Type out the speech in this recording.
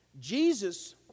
Jesus